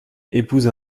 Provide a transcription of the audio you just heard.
épousa